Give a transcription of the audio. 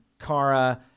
Kara